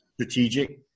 strategic